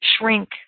shrink